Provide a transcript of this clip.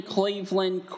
Cleveland